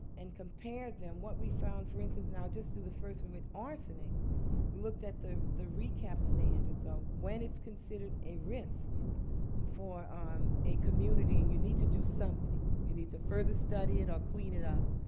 and compared them, what we found, for instance and i'll just do the first one with arsenic, we looked at the the recap standard so when it's considered a risk for um a community and you need to do something. you need to further study it or clean it up